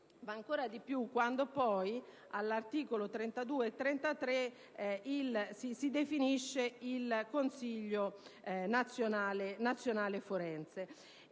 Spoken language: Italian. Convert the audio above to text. È ancora peggio quando agli articoli 32 e 33 si definisce il Consiglio nazionale forense.